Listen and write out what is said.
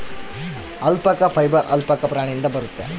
alpaca fibre alpaca ಪ್ರಾಣಿಯಿಂದ ಬರುತ್ತೆ